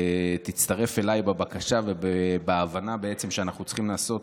תצטרף אליי בבקשה ובהבנה בעצם שאנחנו צריכים לעשות,